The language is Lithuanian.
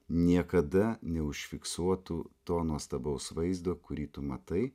niekada neužfiksuotų to nuostabaus vaizdo kurį tu matai